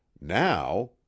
now